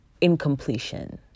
incompletion